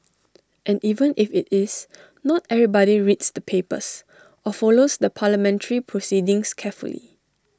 and even if IT is not everybody reads the papers or follows the parliamentary proceedings carefully